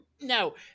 No